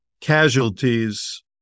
casualties